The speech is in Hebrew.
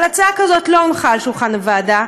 אבל הצעה כזאת לא הונחה על שולחן הוועדה.